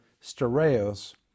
stereos